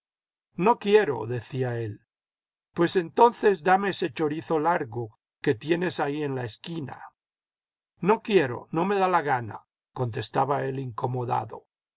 no quiero decía él pues entonces dame ese chorizo largo que tienes ahí en la esquina no quiero no me da la gana contestaba él incomodado